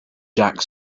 jack